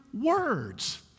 Words